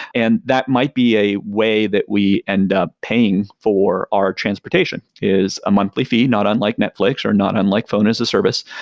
and that might be a way we end up paying for our transportation is a monthly fee, not unlike netflix, or not unlike phone as a service,